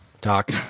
talk